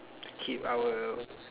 keep our